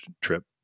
trip